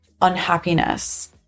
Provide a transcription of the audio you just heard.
unhappiness